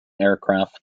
aircraft